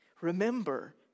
Remember